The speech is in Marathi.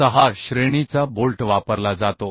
6 श्रेणीचा बोल्ट वापरला जातो